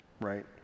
right